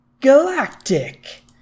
Galactic